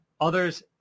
others